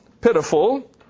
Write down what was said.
pitiful